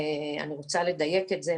אני רוצה לדייק את זה,